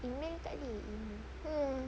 email tak boleh email ke